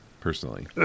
personally